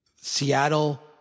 Seattle